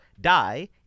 die